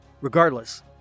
regardless